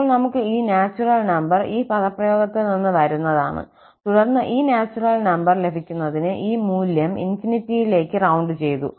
അപ്പോൾ നമുക്ക് ഈ നാച്ചുറൽ നമ്പർ ഈ പദപ്രയോഗത്തിൽ നിന്ന് വരുന്നതാണ് തുടർന്ന് ഈ നാച്ചുറൽ നമ്പർ ലഭിക്കുന്നതിന് ഈ മൂല്യം ∞ ലേക്ക് റൌണ്ട് ചെയ്തു